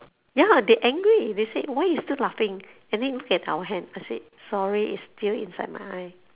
ya they angry they said why you still laughing and then look at our hand I said sorry it's still inside my eye